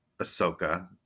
Ahsoka